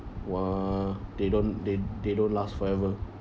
!wah! they don't they they don't last forever